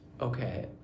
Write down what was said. Okay